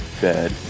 bed